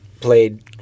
played